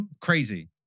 Crazy